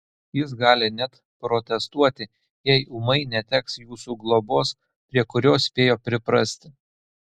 jis gali net protestuoti jei ūmai neteks jūsų globos prie kurios spėjo priprasti